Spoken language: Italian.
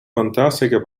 fantastica